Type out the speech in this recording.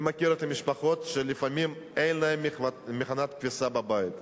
אני מכיר משפחות שלפעמים אין להן מכונת כביסה בבית,